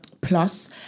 plus